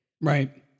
right